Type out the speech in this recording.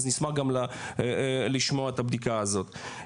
אז נשמח גם לשמוע על הבדיקה הזאת.